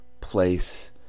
place